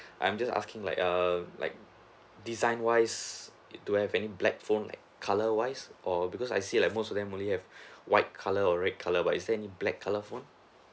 I'm just asking like err like design wise do you have any black phone like colour wise or because I see like most of them only have white colour or red colour but is there any black colour phone